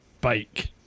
bike